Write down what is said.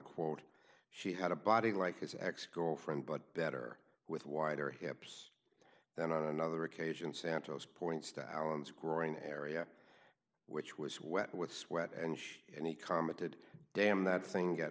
quote she had a body like his ex girlfriend but better with wider hips than on another occasion santos points to alan's growing area which was wet with sweat and and he commented damn that things get